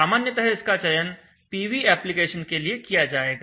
सामान्यतः इसका चयन पीवी एप्लीकेशन के लिए किया जाएगा